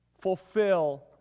fulfill